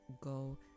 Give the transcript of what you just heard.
go